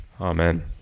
Amen